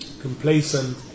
complacent